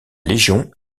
légion